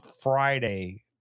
friday